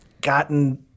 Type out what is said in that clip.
gotten